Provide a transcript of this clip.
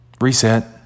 Reset